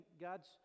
God's